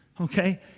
okay